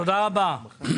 תודה רבה.